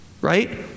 Right